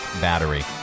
battery